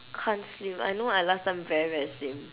can't slim I know I last time very very slim